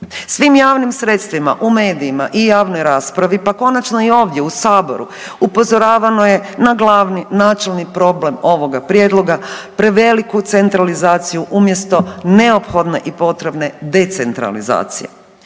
Svim javnim sredstvima u medijima i javnoj raspravi, pa konačno i ovdje u saboru upozoravano je na glavni načelni problem ovoga prijedloga, preveliku centralizaciju umjesto neophodne i potrebne decentralizacije.